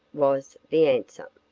was the answer.